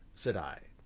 said i.